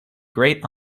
great